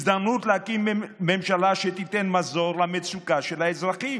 הזדמנות להקים ממשלה שתיתן מזור למצוקות האזרחים,